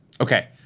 Okay